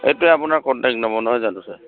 এইটোৱ আপোনাৰ কণ্টক্ট নহয় জানো ছাৰ